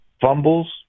fumbles